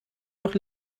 noch